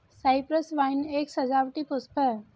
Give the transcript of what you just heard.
Cyprus vine एक सजावटी पुष्प है